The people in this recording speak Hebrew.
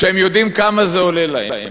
כשהם יודעים כמה זה עולה להם,